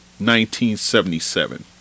1977